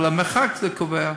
אבל המרחק קובע,